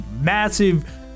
massive